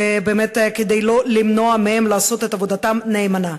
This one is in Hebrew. באמת, ולא למנוע מהם לעשות את עבודתם נאמנה.